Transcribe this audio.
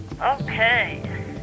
Okay